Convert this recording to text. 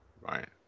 Right